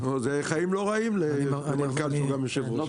זה חיים לא רעים למנכ"ל שהוא גם יושב ראש,